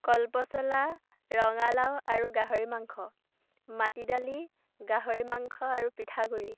কলপছলা ৰঙালাও আৰু গাহৰি মাংস মাটি দালি গাহৰি মাংস আৰু পিঠাগুৰি